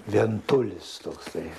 vientulis toksai